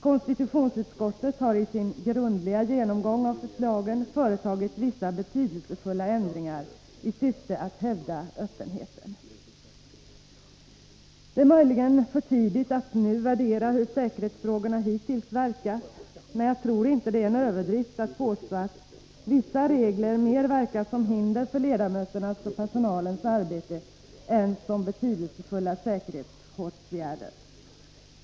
Konstitutionsutskottet har i sin grundliga genomgång av förslagen företagit vissa betydelsefulla ändringar i syfte att hävda öppenheten. Det är möjligen för tidigt att nu värdera hur säkerhetsbestämmelserna hittills verkat, men jag tror inte det är en överdrift att påstå att vissa regler mer verkar som hinder för ledamöternas och personalens arbete än som betydelsefulla säkerhetsåtgärder.